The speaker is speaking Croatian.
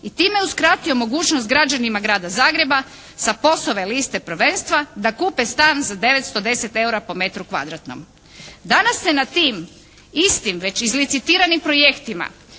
i time uskratio mogućnost građanima Grada Zagreba sa POS-ove liste prvenstva da kupe stan za 910 eura po metrom kvadratnom. Danas se na tim istim već izlicitiranim projektima